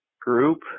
group